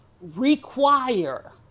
require